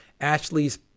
Ashley's